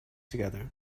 together